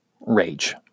rage